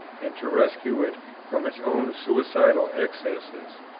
and to rescue it from its own suicidal excesses.